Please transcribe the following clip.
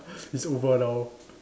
it's over now